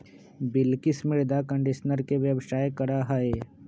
बिलकिश मृदा कंडीशनर के व्यवसाय करा हई